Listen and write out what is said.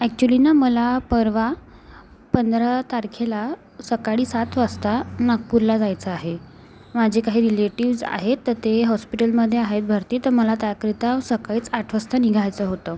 ॲक्चुलीना मला परवा पंधरा तारखेला सकाडी सात वाजता नागपूरला जायचं आहे माझे काही रीलेटीव्हज् आहेत तं ते हॉस्पिटलमध्ये आहेत भरती तर मला त्याकरिता सकाळीच आठ वाजता निघायचं होतं